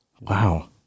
Wow